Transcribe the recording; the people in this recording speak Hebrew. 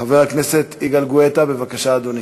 חבר הכנסת יגאל גואטה, בבקשה, אדוני.